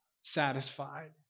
satisfied